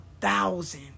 thousand